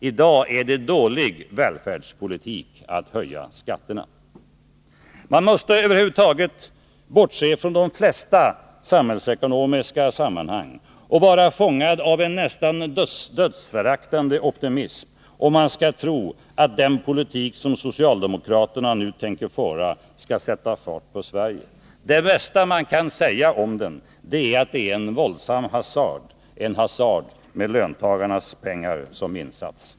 I dag är det dålig välfärdspolitik att höja skatterna. Man måste över huvud taget bortse från de flesta samhällsekonomiska sammanhangen och vara fångad av en nästan dödsföraktande optimism, om man skall tro att den politik som socialdemokraterna nu tänker föra skall sätta fart på Sverige. Det bästa man kan säga om den är att det är en våldsam hasard — en hasard med löntagarnas pengar som insats.